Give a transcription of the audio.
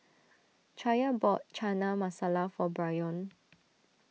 Chaya bought Chana Masala for Bryon